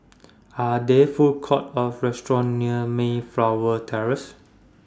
Are There Food Courts Or restaurants near Mayflower Terrace